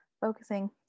Focusing